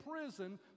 prison